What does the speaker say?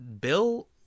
Bill